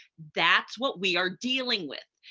that's what we are dealing with.